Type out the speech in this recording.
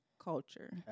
culture